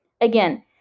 Again